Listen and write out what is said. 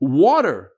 water